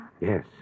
Yes